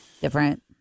different